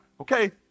okay